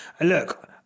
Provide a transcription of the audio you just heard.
look